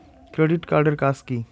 Credit card এর কাজ কি?